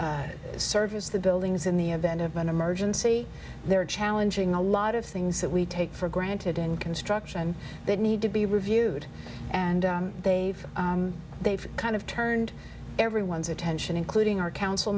to service the buildings in the event of an emergency they're challenging a lot of things that we take for granted in construction that need to be reviewed and they've they've kind of turned everyone's attention including our council